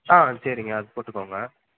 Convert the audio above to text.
ஆ சரிங்க அது போட்டுக்கோங்க